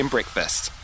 Breakfast